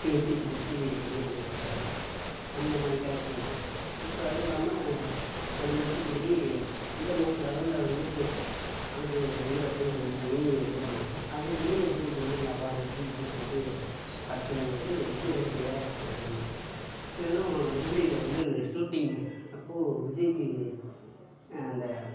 பேசி சிரித்து இது பண்ணிகிட்ருப்பாரு அந்த மாதிரி கேரக்டரு விஜய் இப்போ அது இல்லாமல் ஒரு ரெண்டு வருஷத்துக்கு முன்னாடி இன்டர்நேஷனல் லெவல்ல வந்து அனைத்து ஹீரோக்களையும் செலக்ட் பண்ணி இது பண்ணாங்கள் அதுலேயும் விஜய்க்கு வந்து அந்த அவார்ட் வந்து விஜய்க்கு வந்து கிடைச்சதுலங்கிறது வந்து ரசிகராக எனக்கு ஒரு பெருமை மேலும் நெய்வேலியில வந்து சூட்டிங் அப்போது விஜய்க்கு அந்த